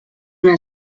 una